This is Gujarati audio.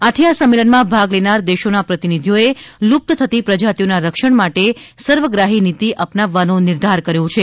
આથી આ સંમેલનમાં ભાગ લેનાર દેશોના પ્રતિનિધિઓએ લુપ્ત થતી પ્રજાતિઓના રક્ષણ માટે સર્વગ્રાહીનિતી અપનાવવાનો નિર્ધાર કર્યો છે